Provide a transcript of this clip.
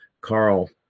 Carl